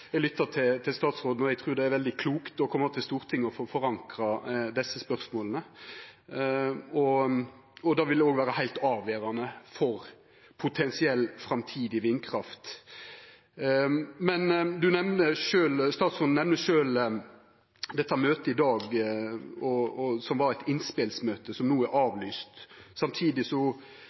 det er veldig klokt å koma til Stortinget og få forankra desse spørsmåla, og det vil òg vera heilt avgjerande for potensiell framtidig vindkraft. Statsråden nemnde sjølv dette møtet i dag, som var eit innspelsmøte, og som no er avlyst. Samtidig går arbeidet sin gang. Er statsråden trygg på at alle desse innspela som skulle verta presenterte i møtet i dag, faktisk vil få den forankringa som